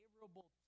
favorable